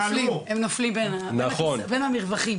הם נופלים בין המרווחים.